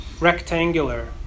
rectangular